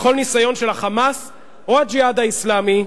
בכל ניסיון של ה"חמאס" או "הג'יהאד האסלאמי"